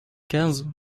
quinze